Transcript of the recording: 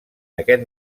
aquest